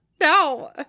No